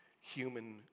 human